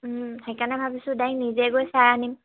সেইকাৰণে ভাবিছোঁ ডাৰেক্ট নিজে গৈ চাই আনিম